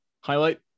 highlight